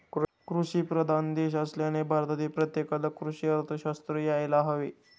कृषीप्रधान देश असल्याने भारतातील प्रत्येकाला कृषी अर्थशास्त्र यायला हवे